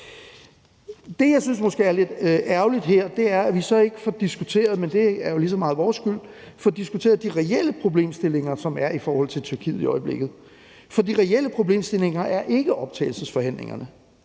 Det, jeg måske synes er lidt ærgerligt her, er, at vi så ikke får diskuteret – men det er jo lige så meget vores skyld – de reelle problemstillinger, der er i forhold til Tyrkiet i øjeblikket. For de relle problemstillinger handler ikke om optagelsesforhandlingerne.